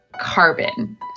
carbon